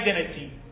identity